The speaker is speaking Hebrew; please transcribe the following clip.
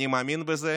אני מאמין בזה